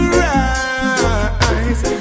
rise